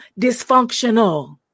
dysfunctional